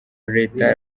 leta